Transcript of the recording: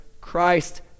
Christ